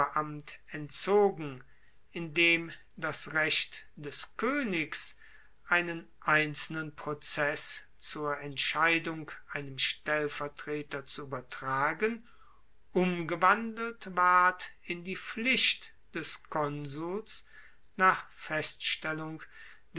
oberamt entzogen indem das recht des koenigs einen einzelnen prozess zur entscheidung einem stellvertreter zu uebertragen umgewandelt ward in die pflicht des konsuls nach feststellung